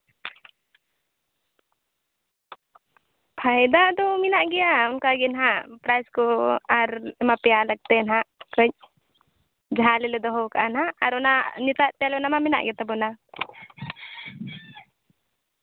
ᱯᱷᱟᱭᱫᱟ ᱫᱚ ᱢᱮᱱᱟᱜ ᱜᱮᱭᱟ ᱚᱱᱠᱟ ᱜᱮ ᱱᱟᱜ ᱯᱨᱟᱭᱤᱡᱽ ᱠᱚ ᱟᱨ ᱮᱢᱟ ᱯᱮᱭᱟ ᱞᱮ ᱦᱟᱸᱜ ᱠᱟᱹᱡ ᱡᱟᱦᱟᱸ ᱟᱞᱮ ᱞᱮ ᱫᱚᱦᱚ ᱠᱟᱜᱼᱟ ᱱᱟᱜ ᱟᱨ ᱢᱮᱛᱟᱜ ᱯᱮᱭᱟᱞᱮ ᱚᱱᱟ ᱢᱟ ᱢᱮᱱᱟᱜ ᱜᱮᱛᱟ ᱵᱚᱱᱟ